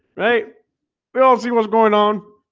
right we all see what's going on.